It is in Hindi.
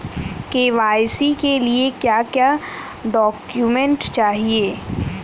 के.वाई.सी के लिए क्या क्या डॉक्यूमेंट चाहिए?